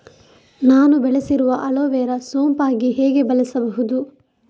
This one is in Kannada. ನಾನು ಬೆಳೆಸಿರುವ ಅಲೋವೆರಾ ಸೋಂಪಾಗಿ ಹೇಗೆ ಬೆಳೆಸಬಹುದು?